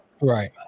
Right